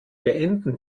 beenden